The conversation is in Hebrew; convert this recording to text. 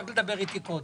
רק לדבר איתי קודם.